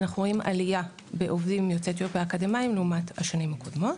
אנחנו רואים עלייה בעובדים יוצאי אתיופיה אקדמאיים לעומת השנים הקודמות.